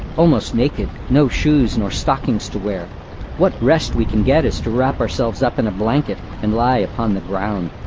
almost naked no shoes nor stockings to wear what rest we can get is to rap ourselves up in a blanket and lay upon the ground.